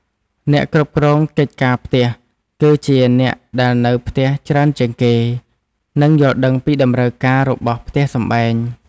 អ្នកគ្រប់គ្រងកិច្ចការផ្ទះ គឺជាអ្នកដែលនៅផ្ទះច្រើនជាងគេ និងយល់ដឹងពីតម្រូវការរបស់ផ្ទះសម្បែង។